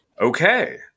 Okay